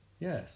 Yes